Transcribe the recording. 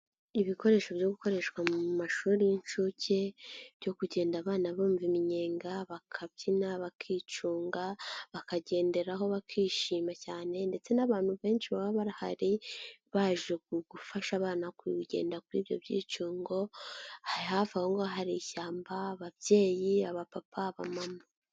Ibikoresho byo gukoreshwa mu mashuri y'inshuke byo kugenda abana bumva iminyenga, bakabyina, bakicunga, bakagenderaho, bakishima cyane ndetse n'abantu benshi baba barahari baje gufasha abana kugenda kuri ibyo byicungo, hafi aho ngaho hari ishyamba, ababyeyi, abapapa, abamama.